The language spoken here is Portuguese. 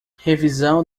revisão